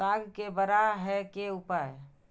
साग के बड़ा है के उपाय?